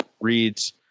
reads